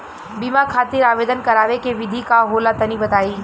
बीमा खातिर आवेदन करावे के विधि का होला तनि बताईं?